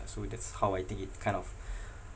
so that's how I think it kind of